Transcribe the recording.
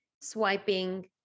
swiping